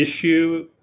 issue